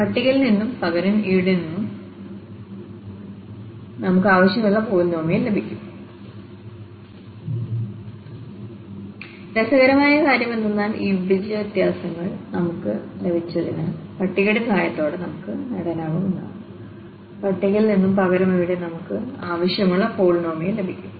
പട്ടികയിൽ നിന്നും പകരം ഇവിടെ നിന്നും നമുക്ക് ആവശ്യമുള്ള പോളിനോമിയൽ ലഭിക്കും